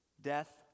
death